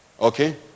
Okay